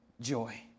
joy